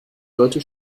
sollte